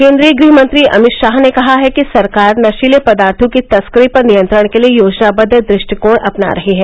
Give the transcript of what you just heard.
केन्द्रीय गृहमंत्री अमित शाह ने कहा है कि सरकार नशीले पदार्थो की तस्करी पर नियंत्रण के लिए योजनाबद्व दृष्टिकोण अपना रही है